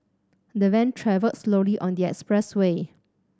the van travelled slowly on the expressway